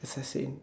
assassin